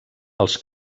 els